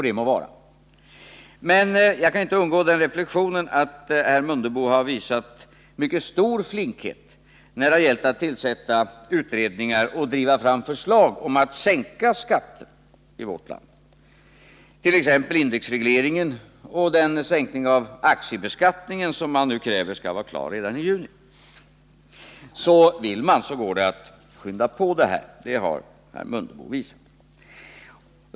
Det må vara hänt. Men jag kan inte underlåta att göra reflexionen att herr Mundebo har visat en mycket stor flinkhet när det gällt att tillsätta utredningar och driva fram förslag om att sänka skatter i vårt land, t.ex. beträffande indexregleringen och den sänkning av aktiebeskattningen som han nu kräver skall vara klar redanii juni. Så vill man går det att påskynda det hela — det har herr Mundebo visat.